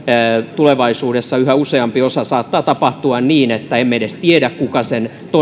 tulevaisuudessa yhä useampi osa saattaa tapahtua niin että emme edes tiedä kuka sen